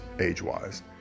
age-wise